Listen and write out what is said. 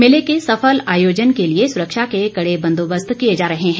मेले के सफल आयोजन के लिए सुरक्षा के कड़े बंदोबस्त किए जा रहे हैं